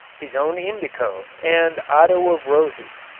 his own indigo and otto of roses.